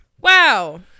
Wow